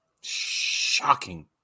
shocking